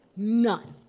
none,